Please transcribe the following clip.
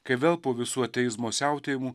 kai vėl po visų ateizmo siautėjimų